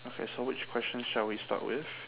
okay so which question shall we start with